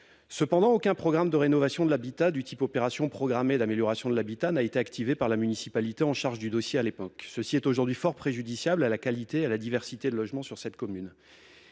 Cependant, aucun programme de rénovation de l'habitat du type opération programmée d'amélioration de l'habitat (Opah) n'a été activé par la municipalité en charge du dossier à l'époque, ce qui est aujourd'hui fort préjudiciable à la qualité et à la diversité des logements sur cette commune.